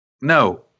no